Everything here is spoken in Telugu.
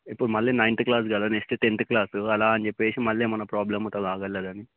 ఇప్పుడు మళ్ళీ నైన్త్ క్లాస్ కదా నెక్స్ట్ టెన్త్ క్లాసు అలా అని చెప్పిమళ్ళీ ఏమన్న ప్రాబ్లం ఉంటుందా వెళ్ళాలని